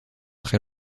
très